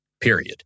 period